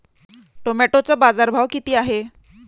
टोमॅटोचा बाजारभाव किती आहे?